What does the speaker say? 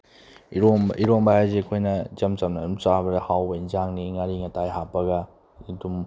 ꯏꯔꯣꯟꯕ ꯏꯔꯣꯟꯕ ꯍꯥꯏꯕꯁꯦ ꯑꯩꯈꯣꯏꯅ ꯏꯆꯝ ꯆꯝꯅ ꯑꯗꯨꯝ ꯆꯥꯕꯗ ꯍꯥꯎꯕ ꯑꯦꯟꯁꯥꯡꯅꯤ ꯉꯥꯔꯤ ꯉꯇꯥꯏ ꯍꯥꯞꯄꯒ ꯑꯗꯨꯝ